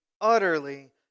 utterly